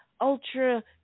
ultra